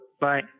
Bye